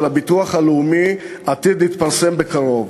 של הביטוח הלאומי עתיד להתפרסם בקרוב,